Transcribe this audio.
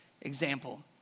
example